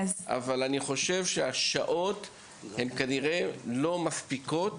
כנראה שהשעות לא מספיקות